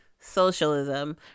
socialism